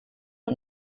und